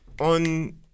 on